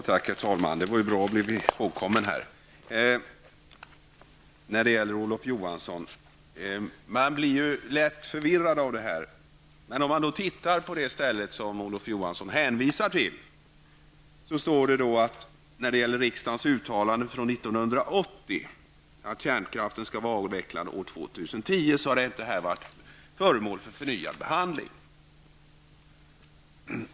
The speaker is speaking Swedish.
Herr talman! Det är så att man kan bli lätt förvirrad, Olof Johansson! När det gäller det som han hänvisar till står det i fråga om riksdagens uttalande från 1980 att kärnkraften skall vara avvecklad år 2010. Detta har inte varit föremål för förnyad behandling.